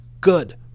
Good